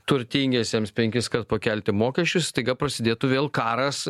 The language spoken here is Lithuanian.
turtingiesiems penkis kart pakelti mokesčius staiga prasidėtų vėl karas